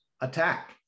attack